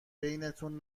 بینتون